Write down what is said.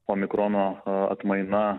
omikrono atmaina